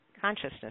consciousness